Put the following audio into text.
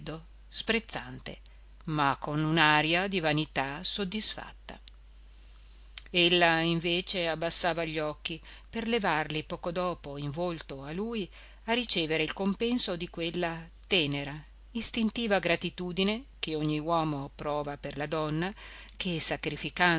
sprezzante ma con un'aria di vanità soddisfatta ella invece abbassava gli occhi per levarli poco dopo in volto a lui a ricevere il compenso di quella tenera istintiva gratitudine che ogni uomo prova per la donna che sacrificando